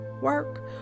work